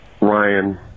Ryan